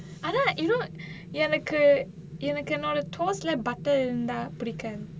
அதான்:athaan you know எனக்கு எனக்கு என்னோட:enakku enakku ennoda toast leh butter இருந்தா பிடிக்காது:irunthaa pidikkaathu